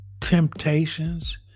temptations